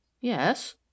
yes